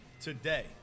Today